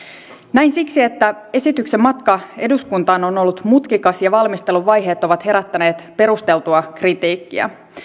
näin siksi että esityksen matka eduskuntaan on ollut mutkikas ja valmisteluvaiheet ovat herättäneet perusteltua kritiikkiä